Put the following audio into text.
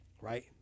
right